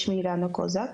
שמי אילנה קוזק,